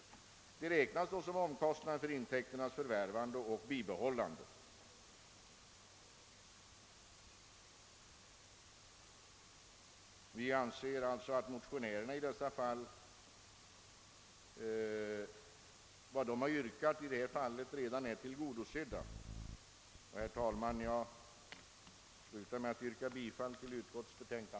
De räknas då som omkostnader för intäkternas förvärvande och bibehållande. Vi anser alltså att motionärernas yrkande i viss mån redan är tillgodosett. Herr talman! Jag ber att få yrka bifall till utskottets hemställan.